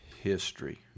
history